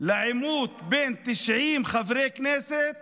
לעימות בין 90 חברי כנסת